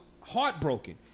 heartbroken